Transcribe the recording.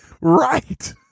Right